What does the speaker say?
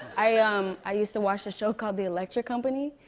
i um i used to watch a show called the electric company,